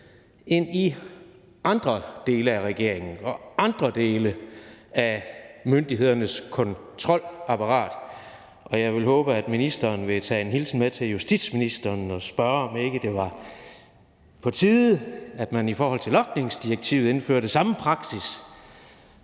ind i andre dele af regeringen og andre dele af myndighedernes kontrolapparat. Og jeg vil håbe, at ministeren vil tage en hilsen med til justitsministeren og spørge, om det ikke var på tide, at man i forhold til logningsdirektivet indførte samme praksis,